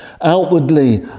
Outwardly